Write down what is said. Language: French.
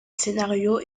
scénario